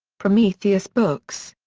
prometheus books.